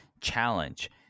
challenge